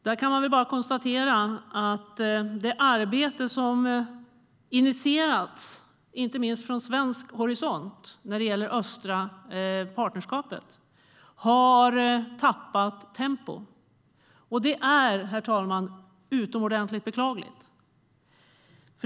Där kan man bara konstatera att det arbete som initierats inte minst från svensk horisont i det östra partnerskapet har tappat tempo. Det är utomordentligt beklagligt, herr talman.